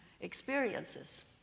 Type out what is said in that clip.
experiences